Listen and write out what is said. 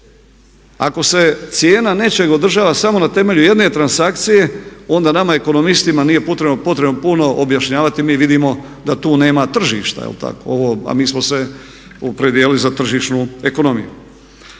Ako se cijena nečeg održava samo na temelju jedne transakcije onda nama ekonomistima nije potrebno potrebno puno objašnjavati mi vidimo da tu nema tržišta. Je li tako, ovo, a mi smo se opredijelili za tržišnu ekonomiju.